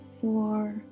four